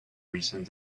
recent